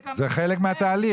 זה חלק מהתהליך.